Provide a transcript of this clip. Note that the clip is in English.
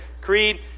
Creed